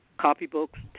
Copybooks